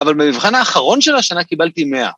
‫אבל במבחן האחרון של השנה ‫קיבלתי 100.